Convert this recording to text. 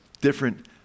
different